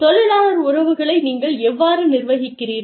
தொழிலாளர் உறவுகளை நீங்கள் எவ்வாறு நிர்வகிக்கிறீர்கள்